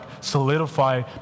solidify